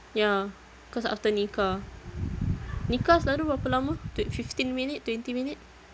ya cause after nikah nikah selalu berapa lama tw~ fifteen minute twenty minute